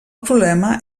problema